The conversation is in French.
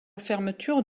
fermeture